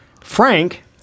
Frank